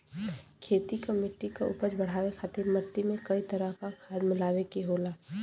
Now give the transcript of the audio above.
खेती क मट्टी क उपज बढ़ाये खातिर मट्टी में कई तरह क खाद मिलाये के होला